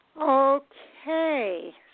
Okay